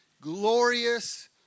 Glorious